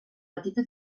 petita